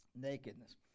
nakedness